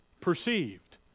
Perceived